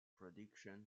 productions